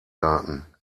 garten